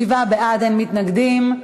שבעה בעד, אין מתנגדים.